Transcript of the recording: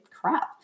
crap